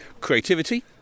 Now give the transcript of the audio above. creativity